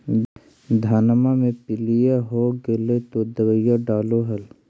धनमा मे पीलिया हो गेल तो दबैया डालो हल?